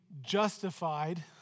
justified